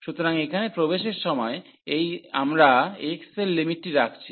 সুতরাং এখানে প্রবেশের সময় তাই আমরা x এর লিমিটটি রাখছি